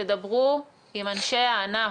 תדברו עם אנשי הענף.